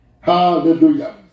Hallelujah